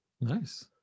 nice